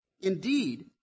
Indeed